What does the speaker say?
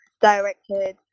directed